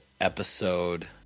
episode